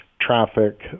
traffic